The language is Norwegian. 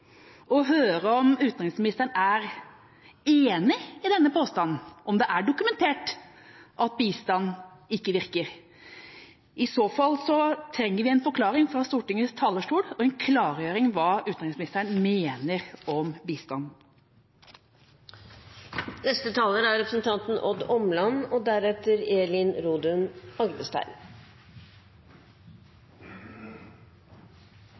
å høre om utenriksministeren er enig i denne påstanden, om det er dokumentert at bistand ikke virker. I så fall trenger vi en forklaring fra Stortingets talerstol og en klargjøring av hva utenriksministeren mener om bistand. Det var representanten